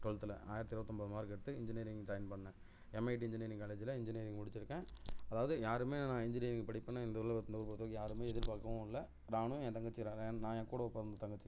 டுவெல்த்தில் ஆயிரத்தி இருவத்தொம்பது மார்க் எடுத்தேன் இன்ஜினியரிங் ஜாயின் பண்ணேன் எம்ஐடி இன்ஜினியரிங் காலேஜ்ல இன்ஜினியரிங் முடிச்சிருக்கேன் அதாவது யாருமே நான் இன்ஜினியரிங் படிப்பேன்னு இந்த உலகத்தில் பொறுத்த வரைக்கும் யாருமே எதிர்பார்க்கவும் இல்லை நானும் என் தங்கச்சியும் நான் என்கூட பிறந்த தங்கச்சி